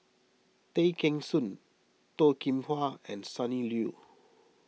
Tay Kheng Soon Toh Kim Hwa and Sonny Liew